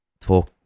talk